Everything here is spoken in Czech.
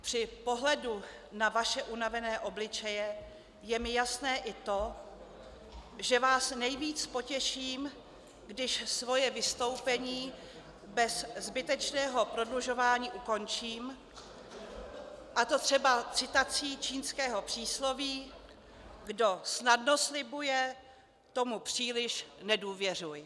Při pohledu na vaše unavené obličeje je mi jasné i to, že vás nejvíc potěším, když svoje vystoupení bez zbytečného prodlužování ukončím, a to třeba citací čínského přísloví: Kdo snadno slibuje, tomu příliš nedůvěřuj.